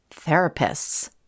therapists